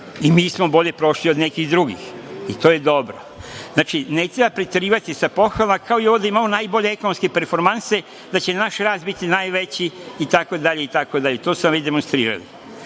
i mi smo bolje prošli od nekih drugih i to je dobro. Znači, ne treba preterivati sa pohvalama, kao i ovo da imamo najbolje ekonomske performanse da će naš rad biti najveći itd, to su nam već demonstrirali. Hoću